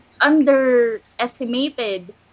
underestimated